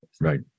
Right